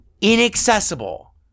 inaccessible